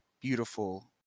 beautiful